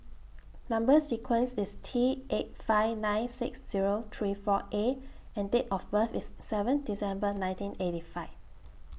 Number sequence IS T eight five nine six Zero three four A and Date of birth IS seven December nineteen eighty five